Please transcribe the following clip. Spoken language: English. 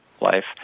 life